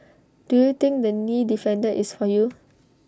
do you think the knee defender is for you